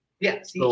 Yes